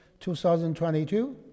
2022